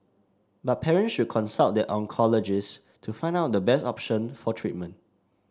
but parent should consult their oncologist to find out the best option for treatment